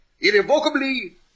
irrevocably